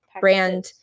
brand